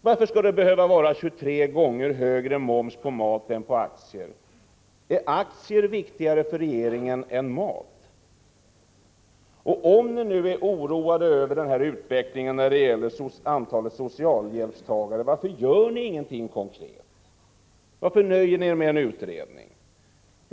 Varför skall det behöva vara 23 gånger högre moms på mat än på aktier? Är aktier viktigare för regeringen än mat? Om ni nu är oroade över utvecklingen när det gäller antalet socialhjälpstagare, varför gör ni ingenting inkomstvägen? Varför nöjer ni er med en utredning?